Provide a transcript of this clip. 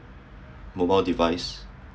mobile device